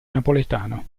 napoletano